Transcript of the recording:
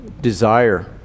desire